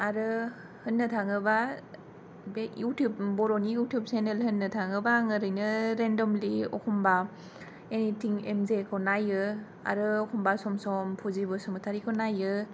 आरो होननो थाङोबा बे इउथुब बर'नि इउथुब चेनेल होननो थाङोबा आङो ओरैनो रेनदमलि एखमबा एनितिं एमजे खौ नायो आरो एखमबा सम सम फुजि बसुमतारी खौ नायो